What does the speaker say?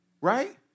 Right